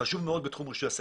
חשוב מאוד בתחום רישוי עסקים,